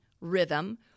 rhythm